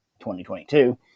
2022